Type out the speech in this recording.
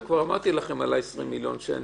אני כבר אמרתי לכם על 20 מיליון שקל,